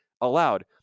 allowed